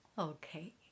okay